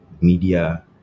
media